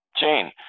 Jane